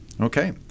Okay